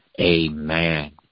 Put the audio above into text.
Amen